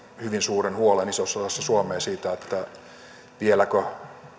hyvin suuren huolen isossa osassa suomea siitä vieläkö